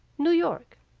new york